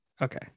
Okay